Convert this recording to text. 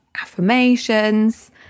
affirmations